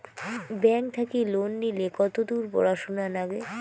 Bank থাকি loan নিলে কতদূর পড়াশুনা নাগে?